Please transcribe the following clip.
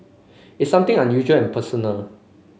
it's something unusual and personal